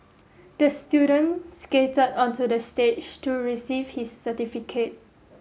the student skated onto the stage to receive his certificate